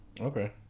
Okay